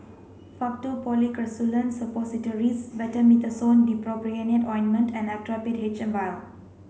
Faktu Policresulen Suppositories Betamethasone Dipropionate Ointment and Actrapid H M vial